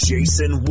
Jason